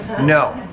No